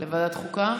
לוועדת חוקה?